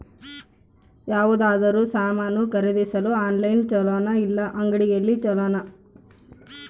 ಯಾವುದಾದರೂ ಸಾಮಾನು ಖರೇದಿಸಲು ಆನ್ಲೈನ್ ಛೊಲೊನಾ ಇಲ್ಲ ಅಂಗಡಿಯಲ್ಲಿ ಛೊಲೊನಾ?